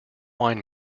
wine